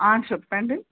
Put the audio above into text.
చెప్పండి